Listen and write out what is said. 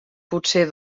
potser